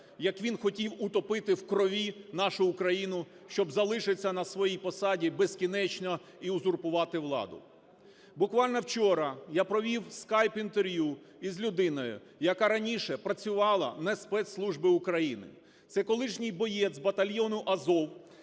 як він хотів утопити в крові нашу Україну, щоб залишатися на своїй посаді безкінечно і узурпувати владу. Буквально вчора я провів скайп-інтерв'ю із людиною, яка раніше працювала на спецслужби України. Це колишній боєць батальйону "Азов",